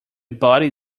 body